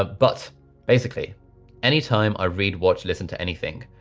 ah but basically anytime i read, watch, listen to anything,